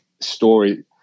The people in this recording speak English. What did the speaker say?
story